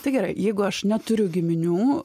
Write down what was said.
tai gerai jeigu aš neturiu giminių